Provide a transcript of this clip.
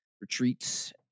retreats